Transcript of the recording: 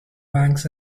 banks